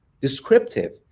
descriptive